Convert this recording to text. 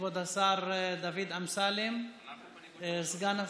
בעד, כבוד השר דוד אמסלם בעד,